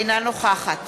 אינה נוכחת